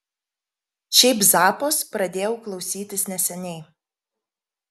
šiaip zappos pradėjau klausytis neseniai